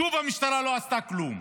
שוב המשטרה לא עשתה כלום.